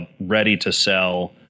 ready-to-sell